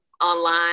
online